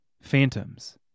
Phantoms